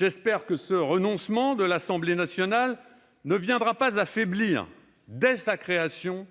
le voeu que ce renoncement de l'Assemblée nationale ne vienne pas affaiblir, dès sa création,